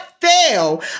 fail